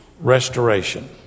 restoration